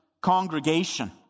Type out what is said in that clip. congregation